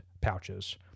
pouches